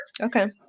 Okay